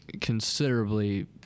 considerably